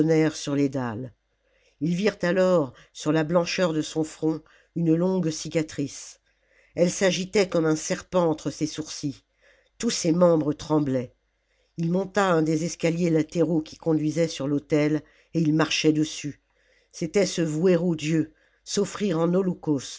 sur les dalles ils virent alors sur la blancheur de son front une longue cicatrice elle s'agitait comme un serpent entre ses sourcils tous ses membres tremblaient h monta un des escaliers latéraux qui conduisaient sur l'autel et il marchait dessus c'était se vouer au dieu s'offrir en holocauste